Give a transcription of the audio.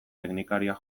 teknikariak